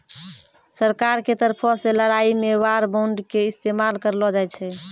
सरकारो के तरफो से लड़ाई मे वार बांड के इस्तेमाल करलो जाय छै